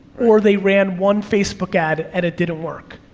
or they ran one facebook ad and it didn't work,